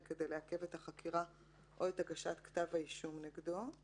כדי לעכב את החקירה או את הגשת כתב האישום נגדו";